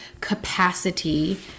capacity